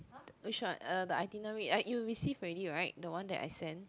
which one uh the itinerary I you receive already right the one that I send